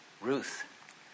Ruth